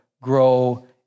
grow